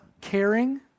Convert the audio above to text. caring